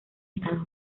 estados